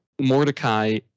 Mordecai